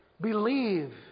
believe